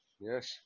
yes